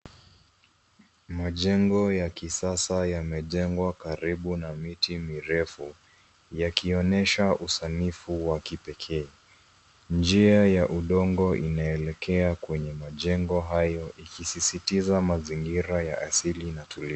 Majengo ya kisasa yamejengwa karibu na miti mirefu, yakionyesha usanifu wa kipekee. Njia ya udongo inaelekea kwenye majengo hayo ikisisitiza mazingira ya asili na tulivu.